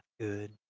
good